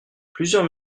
plusieurs